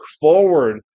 forward